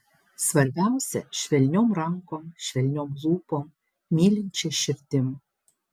svarbiausia švelniom rankom švelniom lūpom mylinčia širdim